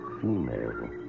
female